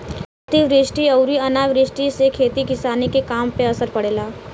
अतिवृष्टि अउरी अनावृष्टि से खेती किसानी के काम पे असर पड़ेला